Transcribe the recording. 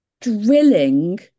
drilling